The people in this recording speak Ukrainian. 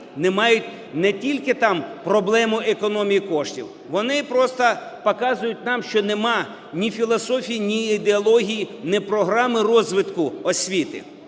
не мають не тільки там проблему економії коштів, вони просто показують нам, що немає ні філософії, ні ідеології, ні програми розвитку освіти.